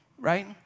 right